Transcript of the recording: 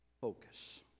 focus